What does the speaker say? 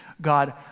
God